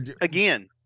again